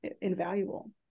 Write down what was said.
invaluable